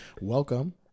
welcome